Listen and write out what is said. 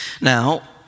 Now